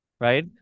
Right